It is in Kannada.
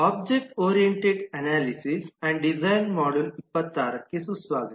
ಆಬ್ಜೆಕ್ಟ್ ಓರಿಯೆಂಟೆಡ್ ಅನಾಲಿಸಿಸ್ ಮತ್ತು ವಿನ್ಯಾಸದ ಮಾಡ್ಯೂಲ್ 26 ಗೆ ಸುಸ್ವಾಗತ